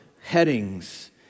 headings